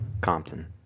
Compton